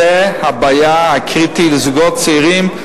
זו הבעיה הקריטית לזוגות צעירים,